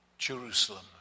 Jerusalem